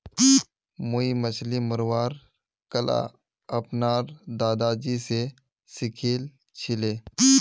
मुई मछली मरवार कला अपनार दादाजी स सीखिल छिले